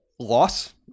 Loss